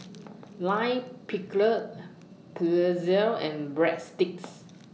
Lime Pickle Pretzel and Breadsticks